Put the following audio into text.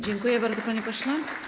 Dziękuję bardzo, panie pośle.